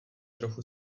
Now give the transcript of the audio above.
trochu